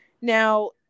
Now